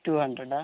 to ഹൺഡ്രഡാ